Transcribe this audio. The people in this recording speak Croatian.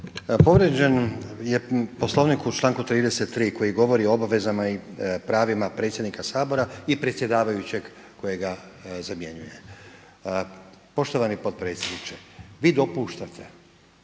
Povrijeđen je Poslovnik u članku 33. koji govori o obavezama i pravima predsjednika Sabora i predsjedavajućeg kojega zamjenjuje. Poštovani potpredsjedniče, vi dopuštate